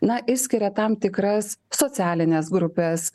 na išskiria tam tikras socialines grupes